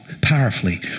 powerfully